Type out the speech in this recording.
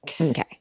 Okay